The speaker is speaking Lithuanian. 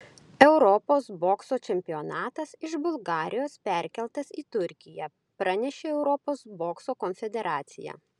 europos bokso čempionatas iš bulgarijos perkeltas į turkiją pranešė europos bokso konfederacija